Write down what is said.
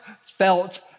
felt